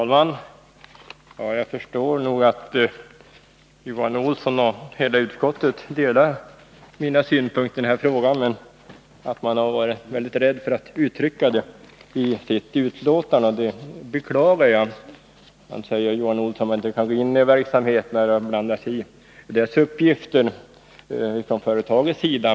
Fru talman! Jag förstår att både Johan Olsson och hela utskottet delar mina synpunkter i frågan men att man har varit väldigt rädd för att uttrycka detta i sitt betänkande. Det beklagar jag. Nu säger Johan Olsson att man inte kan gå ini ett företags verksamhet och blanda sig i dess uppgifter.